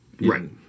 Right